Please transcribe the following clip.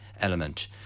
element